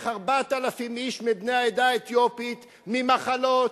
4,000 איש מבני העדה האתיופית ממחלות,